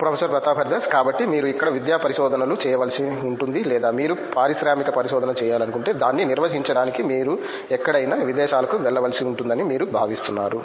professor Pratap Haridas కాబట్టి మీరు ఇక్కడ విద్యా పరిశోధనలు చేయవలసి ఉంటుంది లేదా మీరు పారిశ్రామిక పరిశోధన చేయాలనుకుంటే దాన్ని నిర్వహించడానికి మీరు ఎక్కడైనా విదేశాలకు వెళ్ళవలసి ఉంటుందని మీరు భావిస్తున్నారు